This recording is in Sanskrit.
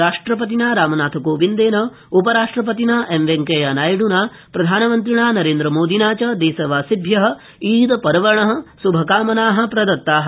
राष्ट्रपतिना रामनाथकोविन्देन उपराष्ट्रपतिना एमवेंकैयानायड्रना प्रधानमन्त्रिणा नरेन्द्रमोदिना च देशवासिभ्यः ईद पर्वणः शुभकामनाः प्रदत्ताः